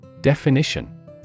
Definition